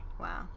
Wow